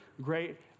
great